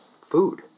food